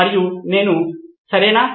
మరియు నేను సరేనా